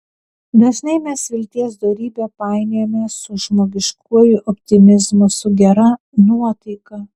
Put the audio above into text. dažnai mes vilties dorybę painiojame su žmogiškuoju optimizmu su gera nuotaika